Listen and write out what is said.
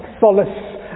solace